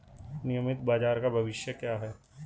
नियमित बाजार का भविष्य क्या है?